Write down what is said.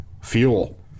fuel